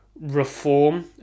reform